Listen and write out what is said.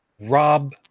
Rob